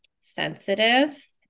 sensitive